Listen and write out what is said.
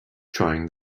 trying